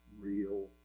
real